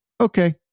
Okay